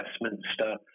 Westminster